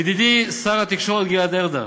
וידידי שר התקשורת גלעד ארדן,